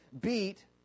beat